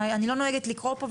אני לא נוהגת לקרוא פה,